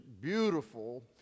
beautiful